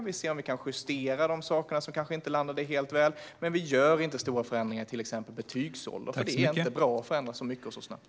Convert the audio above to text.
Vi ser om vi kan justera sådant som kanske inte landade helt väl, men vi gör inga stora förändringar i till exempel betygsålder, för det är inte bra att förändra så mycket och så snabbt.